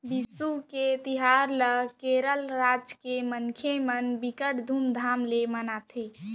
बिसु के तिहार ल केरल राज के मनखे मन बिकट धुमधाम ले मनाथे